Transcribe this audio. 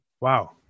Wow